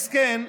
מסכן,